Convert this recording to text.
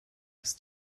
ist